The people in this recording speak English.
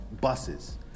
buses